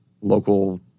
local